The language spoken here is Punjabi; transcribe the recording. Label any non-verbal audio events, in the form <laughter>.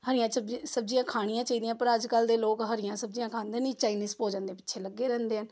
ਹਰੀਆਂ <unintelligible> ਸਬਜ਼ੀਆਂ ਖਾਣੀਆਂ ਚਾਹੀਦੀਆਂ ਪਰ ਅੱਜ ਕੱਲ੍ਹ ਦੇ ਲੋਕ ਹਰੀਆਂ ਸਬਜ਼ੀਆਂ ਖਾਂਦੇ ਨਹੀਂ ਚਾਈਨੀਜ਼ ਭੋਜਨ ਦੇ ਪਿੱਛੇ ਲੱਗੇ ਰਹਿੰਦੇ ਆ